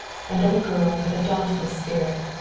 and of a girl with a dauntless spirit,